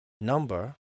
number